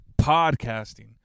podcasting